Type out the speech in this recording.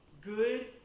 good